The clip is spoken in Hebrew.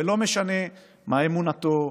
ולא משנה מה אמונתו,